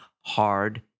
hard